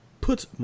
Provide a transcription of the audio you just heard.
put